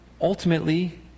ultimately